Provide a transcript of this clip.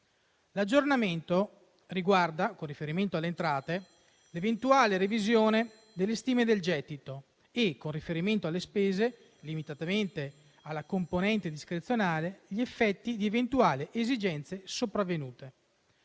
L'aggiornamento riguarda, con riferimento alle entrate, l'eventuale revisione delle stime del gettito e, con riferimento alle spese, limitatamente alla componente discrezionale, gli effetti di eventuali esigenze sopravvenute.